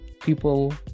people